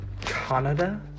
Canada